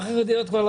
12:46.